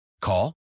Call